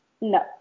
no